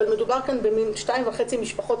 אבל מדובר כאן במין שתיים וחצי משפחות.